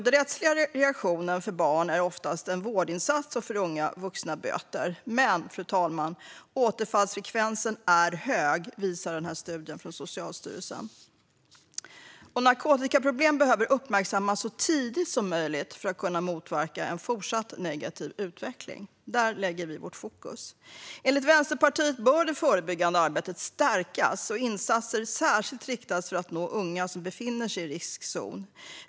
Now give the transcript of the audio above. Den rättsliga reaktionen för barn är oftast en vårdinsats och för unga vuxna böter. Men, fru talman, återfallsfrekvensen är hög, visar studien från Socialstyrelsen. Narkotikaproblem behöver uppmärksammas så tidigt som möjligt för att motverka en fortsatt negativ utveckling. Där lägger vi vårt fokus. Enligt Vänsterpartiet bör det förebyggande arbetet stärkas och insatser särskilt riktas för att nå unga som befinner sig i riskzon.